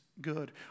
good